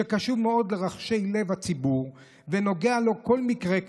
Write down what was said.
שקשוב מאוד לרחשי לב הציבור ונוגע לו כל מקרה כזה,